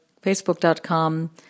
facebook.com